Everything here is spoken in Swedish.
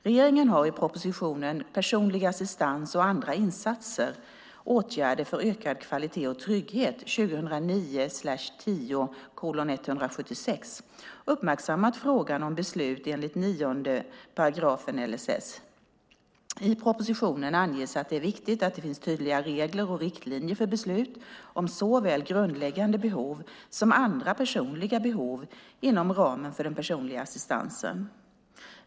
Regeringen har i propositionen Personlig assistans och andra insatser - åtgärder för ökad kvalitet och trygghet uppmärksammat frågan om beslut enligt 9 a § LSS. I propositionen anges att det är viktigt att det finns tydliga regler och riktlinjer för beslut om såväl grundläggande behov som andra personliga behov inom ramen för den personliga assistansen.